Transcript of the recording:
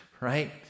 right